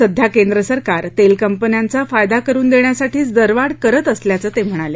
सध्या केंद्र सरकार तेल कंपन्यांचा फायदा करुन देण्यासाठीच दरवाढ करत असल्याचं ते म्हणाले